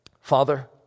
Father